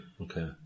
Okay